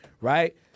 right